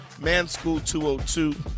Manschool202